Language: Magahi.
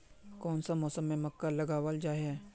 कोन सा मौसम में मक्का लगावल जाय है?